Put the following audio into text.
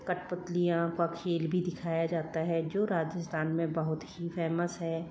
कठपुतलियों का खेल भी दिखाया जाता है जो राजस्थान में बहुत ही फेमस है